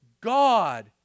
God